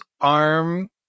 arm